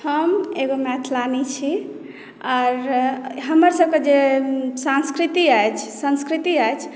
हम एगो मैथिलानी छी आर हमरसभके जे संस्कृति अछि संस्कृति अछि